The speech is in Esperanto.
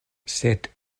sed